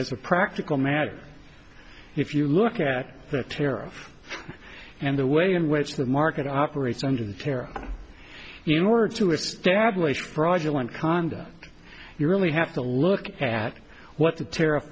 as a practical matter if you look at the tariff and the way in which the market operates engines here in order to establish fraudulent conduct you really have to look at what the tar